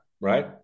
right